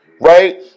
right